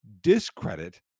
discredit